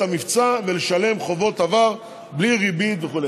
המבצע ולשלם חובות עבר בלי ריבית וכו'.